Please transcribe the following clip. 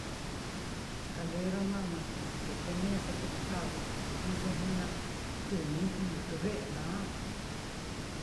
Escalera naá na jnɨso te teneso te kii kaaso kotiso jnu ñatu mi'i lɨkɨ ve'e naá.